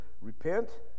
repent